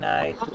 Night